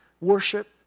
Worship